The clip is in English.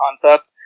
concept